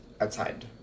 outside